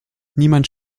niemand